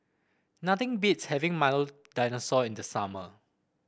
nothing beats having Milo Dinosaur in the summer